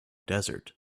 desert